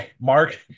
Mark